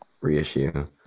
reissue